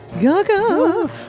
Gaga